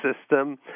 system